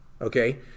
Okay